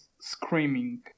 screaming